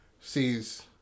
sees